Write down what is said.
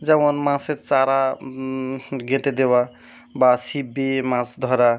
যেমন মাছের চারা গেঁথে দেওয়া বা ছিপ দিয়ে মাছ ধরা